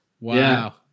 Wow